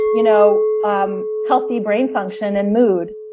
you know um healthy brain function and mood.